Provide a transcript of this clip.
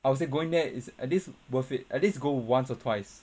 I would say going there is at least worth it at least go once or twice